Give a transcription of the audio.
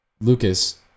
Lucas